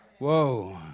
Whoa